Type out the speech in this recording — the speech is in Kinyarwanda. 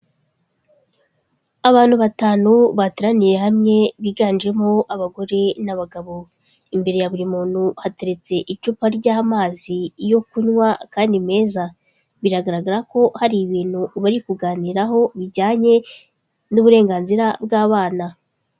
Abantu batanu bateraniye hamwe biganjemo abagore n'abagabo, imbere ya buri muntu hateretse icupa ry'amazi yo kunywa kandi meza, biragaragara ko hari ibintu bari kuganiraho bijyanye n'uburenganzira bw'abana.